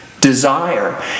desire